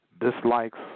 dislikes